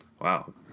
Wow